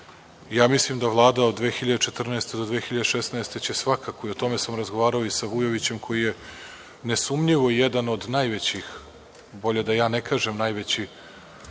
donesete. Mislim da Vlada od 2014. do 2016. godine će svakako i o tome sam razgovarao i sa Vujovićem koji je nesumnjivo jedan od najvećih, bolje da ja ne kažem najveći